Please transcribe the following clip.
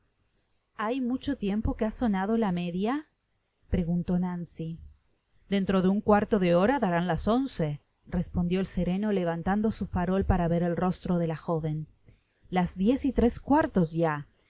hay mucho tiempo que ha sonado la media preguntó nancy dentro un cuarto de horadarán las once respondió el sereno levantando su farol para ver el rostro de la joven las diez y tres cuartos ya